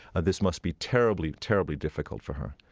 ah this must be terribly, terribly difficult for her.